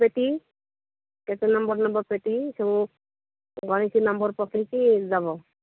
ପେଟି କେତେ number number ପେଟି ସବୁ ଗଣିକି ନମ୍ବର ପକାଇକି ଦେବ